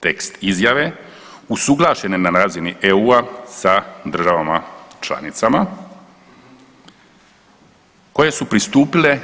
Tekst izjave usuglašen je na razini EU-a sa državama članicama koje su pristupile